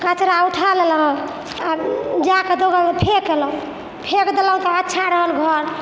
कचड़ा उठा लेलहुँ आओर जाकऽ दौड़ल फेक अयलहुँ फेक देलहुँ तऽ अच्छा रहल घर